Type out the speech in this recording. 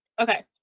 Okay